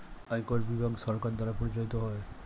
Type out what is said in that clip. আয়কর বিভাগ সরকার দ্বারা পরিচালিত হয়